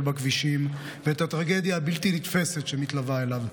בכבישים ואת הטרגדיה הבלתי-נתפסת שמתלווה אליו.